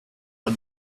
had